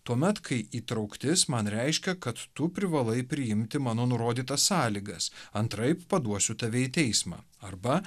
tuomet kai įtrauktis man reiškia kad tu privalai priimti mano nurodytas sąlygas antraip paduosiu tave į teismą arba